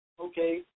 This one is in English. Okay